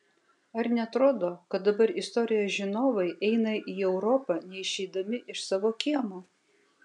ar neatrodo kad dabar istorijos žinovai eina į europą neišeidami iš savo kiemo